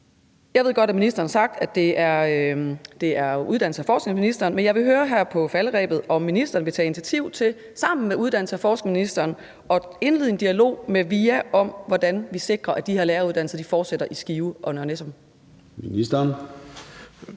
Jeg ved godt, at ministeren har sagt, at det er uddannelses- og forskningsministerens ressort, men jeg vil høre her på falderebet, om ministeren vil tage initiativ til sammen med uddannelses- og forskningsministeren at indlede en dialog med VIA om, hvordan vi sikrer, at de her læreruddannelser fortsætter i Skive og Nørre